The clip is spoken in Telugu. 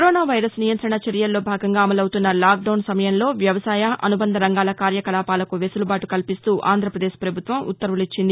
కరోనా వైరస్ నియంత్రణ చర్యల్లో భాగంగా అమలవుతున్న లాక్డౌస్ సమయంలో వ్యవసాయ అనుబంధ రంగాల కార్యకలాపాలకు వెసులుబాటు కల్పిస్తూ ఆంధ్రప్రదేశ్ పభుత్వం ఉత్తర్వులిచ్చింది